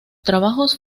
trabajos